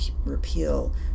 repeal